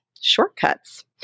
Shortcuts